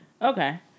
Okay